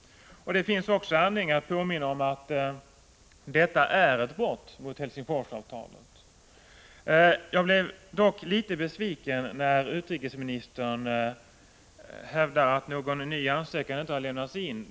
Det finns också anledning att påminna om att detta är ett brott mot Helsingforsavtalet. Jag blev dock litet besviken när utrikesministern hävdade att någon ny ansökan inte har lämnats in.